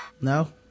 No